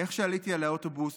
איך שעליתי על האוטובוס,